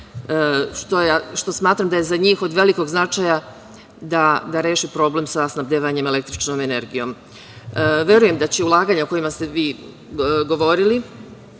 što smatram da je za njih od velikog značaja, da reše problem sa snabdevanjem električnom energijom. Verujem da će ulaganja o kojima ste vi govorili,